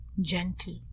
gentle